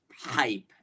hype